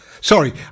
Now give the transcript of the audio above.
Sorry